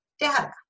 data